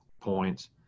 points